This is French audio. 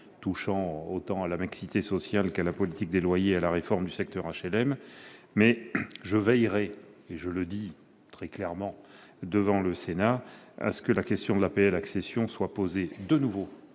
touche autant à la mixité sociale qu'à la politique des loyers et à la réforme du secteur HLM. Mais je veillerai, et je le dis très clairement devant le Sénat, à ce que la question de l'APL-accession soit à nouveau